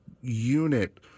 unit